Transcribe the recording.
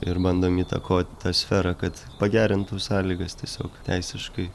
ir bandom įtakot tą sferą kad pagerintų sąlygas tiesiog teisiškai